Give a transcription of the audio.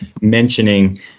mentioning